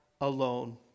alone